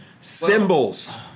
symbols